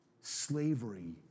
slavery